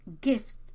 gifts